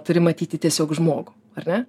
turi matyti tiesiog žmogų ar ne